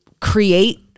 create